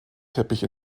teppich